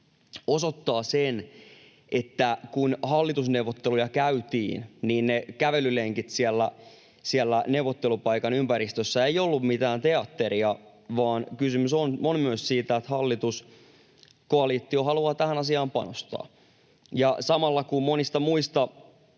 osoittaa sen, että kun hallitusneuvotteluja käytiin, niin ne kävelylenkit siellä neuvottelupaikan ympäristössä eivät olleet mitään teatteria, vaan kysymys on myös siitä, että hallituskoalitio haluaa tähän asiaan panostaa. Ja samalla kun monista muista